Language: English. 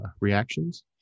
reactions